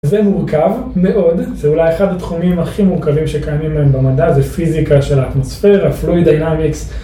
זה מורכב מאוד, זה אולי אחד התחומים הכי מורכבים שקיימים היום במדע, זה פיזיקה של האטמוספירה, פלואיד דיינמיקס.